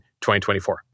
2024